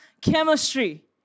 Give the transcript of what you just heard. Chemistry